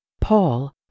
Paul